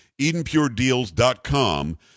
EdenPureDeals.com